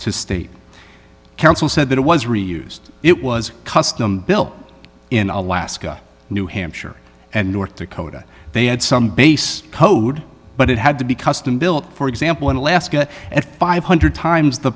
to state council said that it was reused it was custom built in alaska new hampshire and north dakota they had some base code but it had to be custom built for example in alaska at five hundred dollars times the